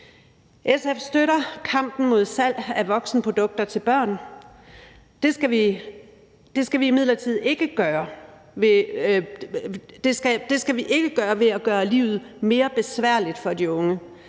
SF støtter kampen mod salg af voksenprodukter til børn. Det skal vi imidlertid ikke gøre ved at gøre livet mere besværligt for de unge,